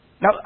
Now